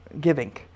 giving